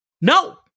No